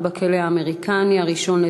בבקשה, מי בעד?